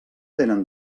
tenen